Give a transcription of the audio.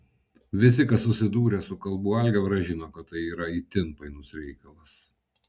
visi kas susidūrę su kalbų algebra žino kad tai yra itin painus reikalas